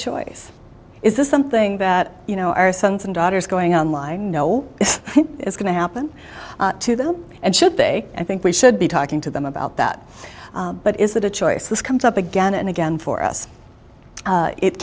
choice is this something that you know our sons and daughters going on line know this is going to happen to them and should they i think we should be talking to them about that but is that a choice this comes up again and again for us